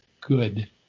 good